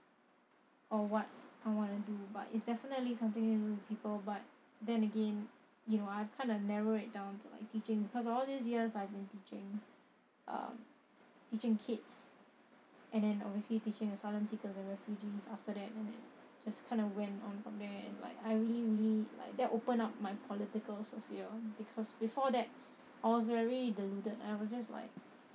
or what I wanna do but it's definitely something to do with people but then again you know I've kinda narrow it down to like teaching because all these years I've been teaching um teaching kids and then obviously teaching asylum seekers and refugees after that it just kind of went on from there and like I really really like that open up my political sphere because before that I was very deluded I was just like